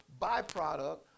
byproduct